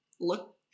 look